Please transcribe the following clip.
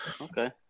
Okay